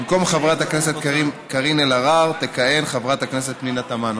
במקום חברת הכנסת קארין אלהרר תכהן חברת הכנסת פנינה תמנו.